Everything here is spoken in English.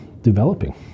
developing